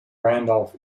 randolph